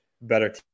better